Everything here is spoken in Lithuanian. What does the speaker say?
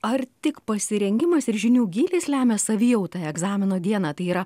ar tik pasirengimas ir žinių gylis lemia savijautą egzamino dieną tai yra